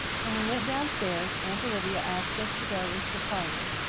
when we went downstairs, aunt olivia asked us to go into the parlour.